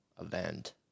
event